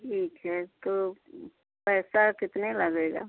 ठीक है तो पैसा कितना लगेगा